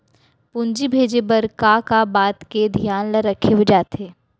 पूंजी भेजे बर का का बात के धियान ल रखे जाथे?